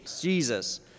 Jesus